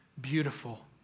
beautiful